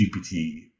GPT